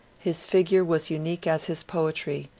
his figure was unique as his poetry,